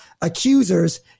accusers